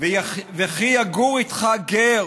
"וכי יגור אתך גר